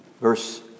verse